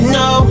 no